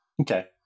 Okay